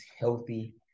healthy